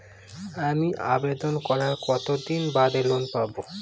আমি আবেদন করার কতদিন বাদে লোন পাব?